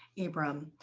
ibram.